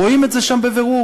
רואים את זה שם בבירור.